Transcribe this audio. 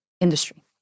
industry